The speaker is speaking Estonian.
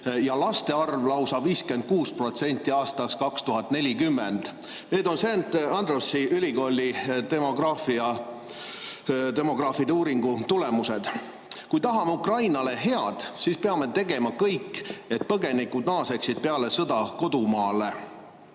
ja laste arv lausa 56% aastaks 2040. Need on St Andrewsi Ülikooli demograafide uuringu tulemused. Kui tahame Ukrainale head, siis peame tegema kõik, et põgenikud naaseksid peale sõda kodumaale.